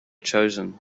chosen